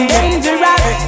Dangerous